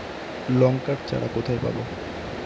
লঙ্কার চারা কোথায় পাবো?